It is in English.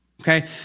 Okay